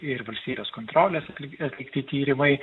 ir valstybės kontrolės atlikti tyrimai